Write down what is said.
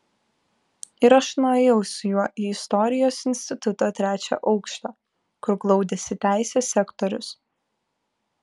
ir aš nuėjau su juo į istorijos instituto trečią aukštą kur glaudėsi teisės sektorius